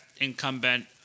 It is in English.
incumbent